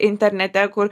internete kur